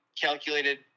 calculated